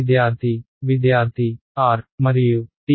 విద్యార్థి R మరియు t